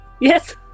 Yes